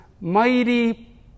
mighty